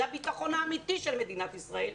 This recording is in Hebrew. זה הביטחון האמיתי של מדינת ישראל,